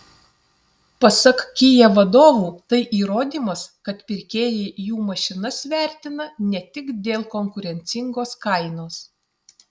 pasak kia vadovų tai įrodymas kad pirkėjai jų mašinas vertina ne tik dėl konkurencingos kainos